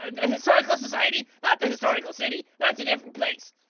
and ah, historical society, not the historical city. that's a different place.